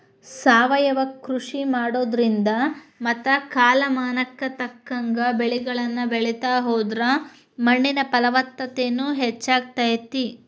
ಸಾವಯವ ಕೃಷಿ ಮಾಡೋದ್ರಿಂದ ಮತ್ತ ಕಾಲಮಾನಕ್ಕ ತಕ್ಕಂಗ ಬೆಳಿಗಳನ್ನ ಬೆಳಿತಾ ಹೋದ್ರ ಮಣ್ಣಿನ ಫಲವತ್ತತೆನು ಹೆಚ್ಚಾಗ್ತೇತಿ